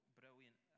brilliant